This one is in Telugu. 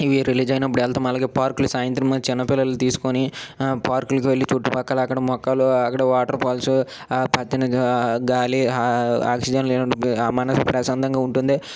ఇవి రిలీజ్ అయినప్పుడు వెళ్తాం అలాగే పార్కులు సాయంత్రం చిన్నపిల్లలు తీసుకొని పార్కు లకు వెళ్ళి చుట్టుపక్కల అక్కడ మొక్కలు అక్కడ వాటర్ ఫాల్స్ ఆ పచ్చని గాలి ఆక్సిజన్ ఏం మనసుకు ప్రశాంతంగా ఉంటుంది